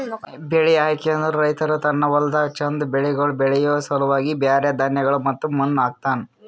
ಬೆಳಿ ಆಯ್ಕೆ ಅಂದುರ್ ರೈತ ತನ್ನ ಹೊಲ್ದಾಗ್ ಚಂದ್ ಬೆಳಿಗೊಳ್ ಬೆಳಿಯೋ ಸಲುವಾಗಿ ಬ್ಯಾರೆ ಧಾನ್ಯಗೊಳ್ ಮತ್ತ ಮಣ್ಣ ಹಾಕ್ತನ್